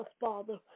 Father